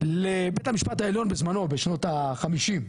לבית המשפט העליון בזמנו בשנות ה- 50,